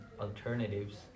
alternatives